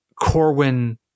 Corwin